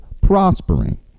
prospering